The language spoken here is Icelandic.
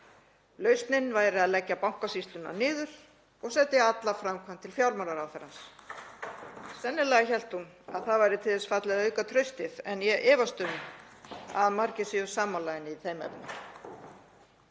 Lausnin væri að leggja Bankasýsluna niður og setja alla framkvæmd til fjármálaráðherrans. Sennilega hélt hún að það væri til þess fallið að auka traustið en ég efast um að margir séu sammála henni í þeim efnum.